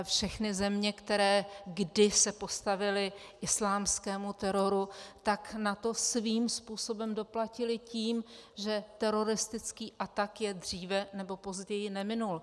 Všechny země, které se kdy postavily islámskému teroru, na to svým způsobem doplatily tím, že teroristický atak je dříve nebo později neminul.